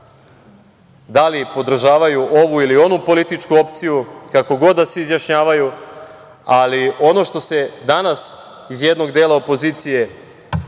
da li podržavaju ovu ili onu političku opciju, kako god da se izjašnjavaju, ali ono što se danas iz jednog dela opozicije